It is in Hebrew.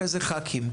אחרי זה חברי הכנסת.